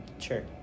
sure